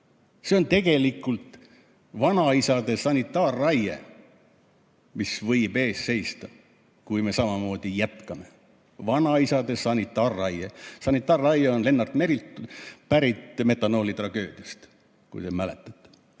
See on tegelikult vanaisade sanitaarraie, mis võib ees seista, kui me samamoodi jätkame. Vanaisade sanitaarraie. Sanitaarraie [väljend] on Lennart Merilt pärit, metanoolitragöödia ajast, kui te mäletate,